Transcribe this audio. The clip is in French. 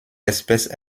espèce